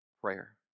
Prayer